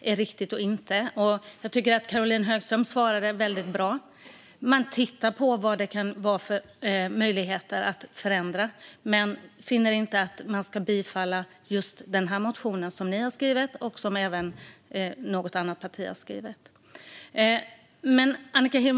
är riktigt och inte. Jag tycker att Caroline Högström svarade väldigt bra. Man tittar på vad det kan finnas för möjligheter till förändring men finner inte att man ska tillstyrka just de motioner som Miljöpartiet och något annat parti har skrivit.